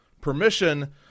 permission